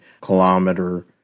kilometer